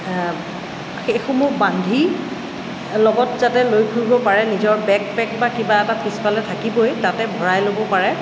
সেইসমূহ বান্ধি লগত যাতে লৈ ফুৰিব পাৰে নিজৰ বেকপেক বা কিবা এটা পিছফালে থাকিবই তাতে ভৰাই ল'ব পাৰে